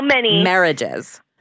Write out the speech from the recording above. marriages